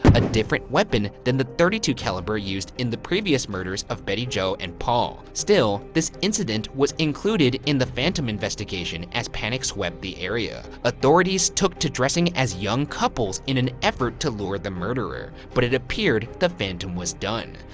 a different weapon than the point three two caliber used in the previous murders of betty jo and paul. still, this incident was included in the phantom investigation as panic swept the area. authorities took to dressing as young couples in an effort to lure the murderer, but it appeared the phantom was done.